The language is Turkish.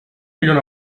milyon